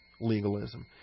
legalism